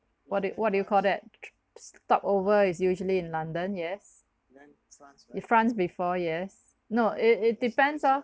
what do you what do you call that stop over is usually in london yes if france before yes no it it depends ah